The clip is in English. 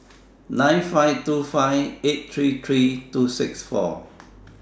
nine five two five eight three three two six four